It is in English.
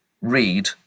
read